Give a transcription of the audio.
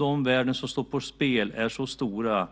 De värden som står på spel är så stora